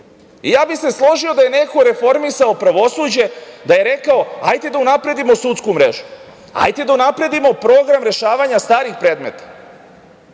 bih se složio da je neko reformisao pravosuđe, da je rekao – hajte da unapredimo sudsku mrežu, hajte da unapredimo program rešavanja starih predmeta.